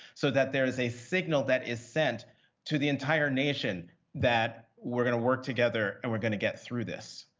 so that there is a signal that is sent to the entire nation that we're going to work together and we're going to get through this.